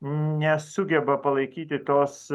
nesugeba palaikyti tos